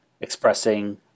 expressing